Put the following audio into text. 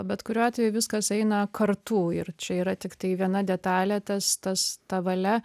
bet kuriuo atveju viskas eina kartu ir čia yra tiktai viena detalė tas tas ta valia